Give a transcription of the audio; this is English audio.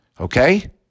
Okay